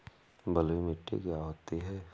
बलुइ मिट्टी क्या होती हैं?